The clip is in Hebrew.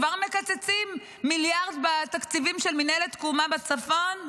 כבר מקצצים מיליארד בתקציבים של מינהלת תקומה בצפון?